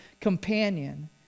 companion